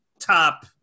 top